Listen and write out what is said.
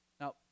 Now